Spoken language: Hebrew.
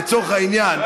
לצורך העניין,